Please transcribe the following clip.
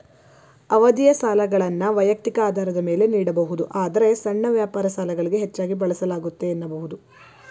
ಅವಧಿಯ ಸಾಲಗಳನ್ನ ವೈಯಕ್ತಿಕ ಆಧಾರದ ಮೇಲೆ ನೀಡಬಹುದು ಆದ್ರೆ ಸಣ್ಣ ವ್ಯಾಪಾರ ಸಾಲಗಳಿಗೆ ಹೆಚ್ಚಾಗಿ ಬಳಸಲಾಗುತ್ತೆ ಎನ್ನಬಹುದು